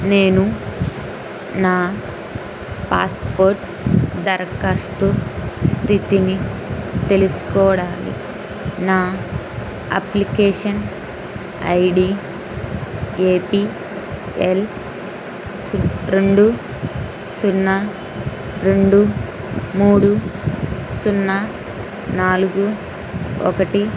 నేను నా పాస్పోర్ట్ దరకాస్తు స్థితిని తెలుసుకోవడానికి నా application ID A P L సు రెండు సున్నా రెండు మూడు సున్నా నాలుగు ఒకటి